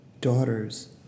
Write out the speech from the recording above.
daughters